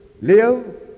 live